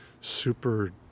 super